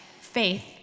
faith